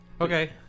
okay